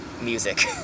music